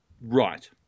right